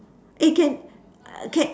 eh can can